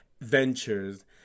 ventures